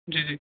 जी जी